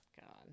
God